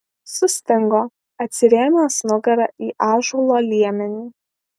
sustingo atsirėmęs nugara į ąžuolo liemenį